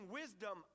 wisdom